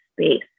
space